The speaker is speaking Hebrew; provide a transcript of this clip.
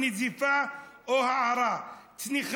שתי מילים?